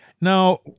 Now